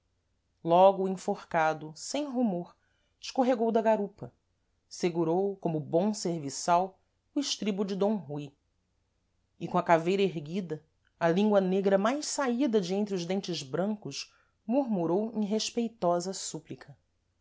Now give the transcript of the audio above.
logo o enforcado sem rumor escorregou da garupa segurou como bom serviçal o estribo de d rui e com a caveira erguida a língua negra mais saída de entre os dentes brancos murmurou em respeitosa súplica